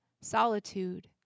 solitude